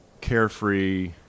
carefree